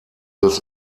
des